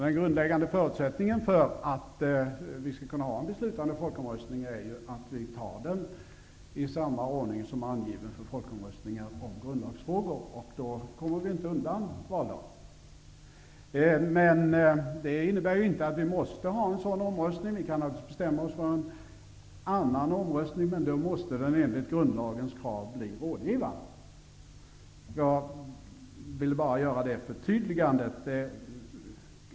Den grundläggande förutsättningen för en beslutande folkomröstning är ju att den beslutas i samma ordning som finns angiven för folkomröstningar och grundlagsfrågor. Och då kommer vi inte undan valdagen. Det innebär inte att det måste vara en sådan omröstning. Vi kan också besluta om en annan omröstning, men då blir den enligt grundlagens krav rådgivande. Jag ville bara göra detta förtydligande.